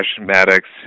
Maddox